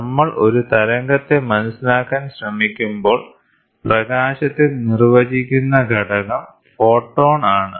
നമ്മൾ ഒരു തരംഗത്തെ മനസ്സിലാക്കാൻ ശ്രമിക്കുമ്പോൾ പ്രകാശത്തെ നിർവചിക്കുന്ന ഘടകം ഫോട്ടോൺ ആണ്